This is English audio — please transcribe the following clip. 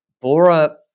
Bora